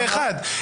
טלי, בוקר טוב.